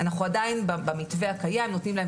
אנחנו עדיין במתווה הקיים נותנים להם